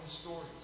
stories